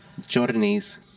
Jordanese